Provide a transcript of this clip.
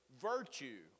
virtue